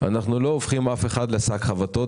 בדיון כאן אנחנו לא הופכים אף אחד לשק חבטות,